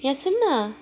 यहाँ सुन्न